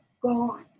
gone